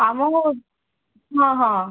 ଆମକୁ ହଁ ହଁ